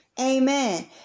Amen